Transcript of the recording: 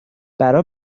برا